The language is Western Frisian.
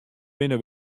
binne